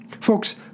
Folks